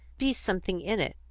be something in it.